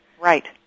Right